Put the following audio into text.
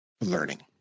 learning